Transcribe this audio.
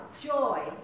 joy